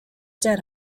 dead